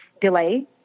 delay